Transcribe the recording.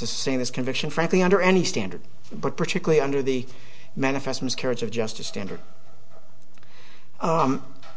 this conviction frankly under any standard but particularly under the manifest miscarriage of justice standard